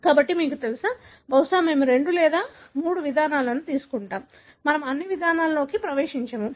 కాబట్టి మీకు తెలుసా బహుశా మేము రెండు లేదా మూడు విధానాలను తీసుకుంటాం మనము అన్ని విధానాలలోకి ప్రవేశించము